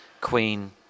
Queen